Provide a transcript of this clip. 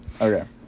Okay